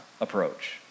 approach